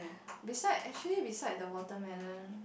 beside actually beside the watermelon